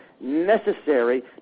necessary